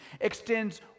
extends